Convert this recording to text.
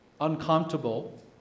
uncomfortable